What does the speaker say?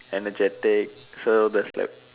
energetic so there's like